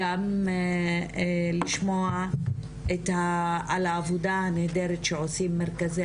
גם לשמוע על העבודה על הנהדרת שעושים מרכזי